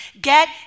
get